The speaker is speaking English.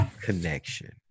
connection